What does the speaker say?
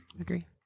Agree